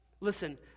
Listen